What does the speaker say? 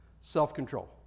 Self-control